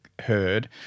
heard